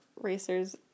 racers